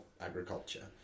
agriculture